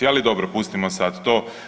Ali dobro, pustimo sada to.